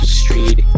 street